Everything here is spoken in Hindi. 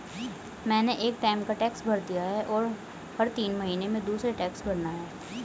मैंने एक टाइम का टैक्स भर दिया है, और हर तीन महीने में दूसरे टैक्स भरना है